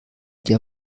dir